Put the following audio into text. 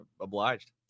Obliged